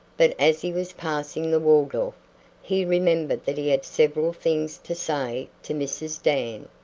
but as he was passing the waldorf he remembered that he had several things to say to mrs. dan.